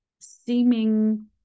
seeming